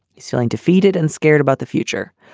he's feeling defeated and scared about the future.